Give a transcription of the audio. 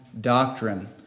doctrine